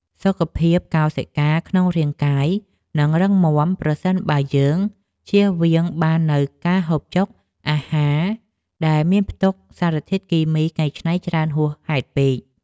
សុខភាពកោសិកាក្នុងរាងកាយនឹងរឹងមាំ ប្រសិនបើយើងជៀសវាងបាននូវការហូបចុកអាហារដែលមានផ្ទុកសារធាតុគីមីកែច្នៃច្រើនហួសហេតុពេក។